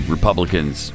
Republicans